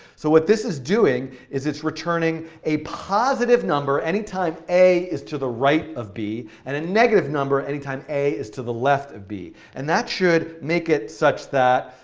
so what this is doing is it's returning a positive number any time a is to the right of b, and a negative number anytime a is to the left of b. and that should make it such that